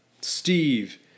Steve